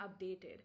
updated